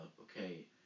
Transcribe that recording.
okay